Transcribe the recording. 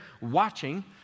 watching